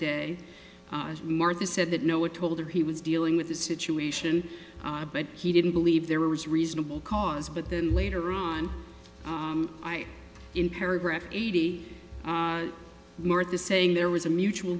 day martha said that no one told her he was dealing with the situation but he didn't believe there was reasonable cause but then later on i in paragraph eighty murtha saying there was a mutual